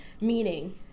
meaning